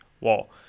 wall